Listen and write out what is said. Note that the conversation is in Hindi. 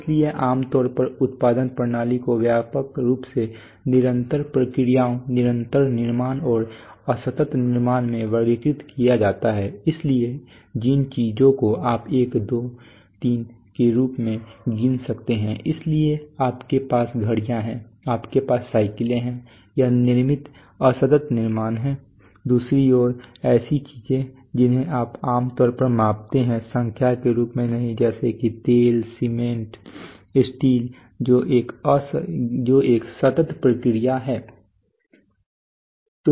इसलिए आम तौर पर उत्पादन प्रणालियों को व्यापक रूप से निरंतर प्रक्रियाओं निरंतर निर्माण और असतत निर्माण में वर्गीकृत किया जाता है इसलिए जिन चीजों को आप एक दो तीन के रूप में गिन सकते हैं इसलिए आपके पास घड़ियाँ हैं आपके पास साइकिलें हैं यह निर्मित असतत निर्माण है दूसरी ओर ऐसी चीज़ें जिन्हें आप आम तौर पर मापते हैं संख्या के रूप में नहीं जैसे कि तेल स्टील सीमेंट जो एक सतत प्रक्रिया है सही